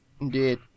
Indeed